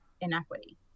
inequity